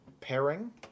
pairing